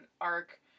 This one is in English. arc